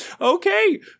Okay